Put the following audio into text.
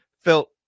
felt